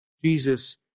Jesus